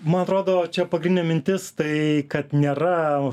man atrodo čia pagrindinė mintis tai kad nėra